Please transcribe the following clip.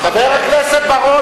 חבר הכנסת בר-און,